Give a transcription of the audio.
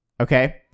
Okay